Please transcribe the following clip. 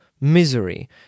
misery